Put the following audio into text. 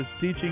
teaching